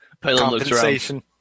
Compensation